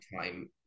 time